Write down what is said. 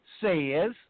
says